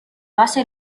basa